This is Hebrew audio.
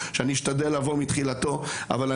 אש"ף זה ארגון